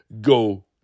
go